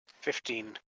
Fifteen